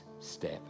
step